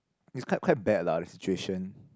it's quite quite bad lah the situation